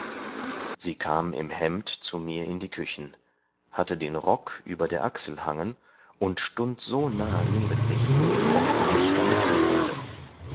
sie kam im hembd zu mir in die küchen hatte den rock über der achsel hangen und stund so nahe neben mich daß sie mich damit rührete